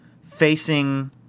facing